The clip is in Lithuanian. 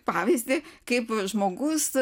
pavyzdį kaip žmogus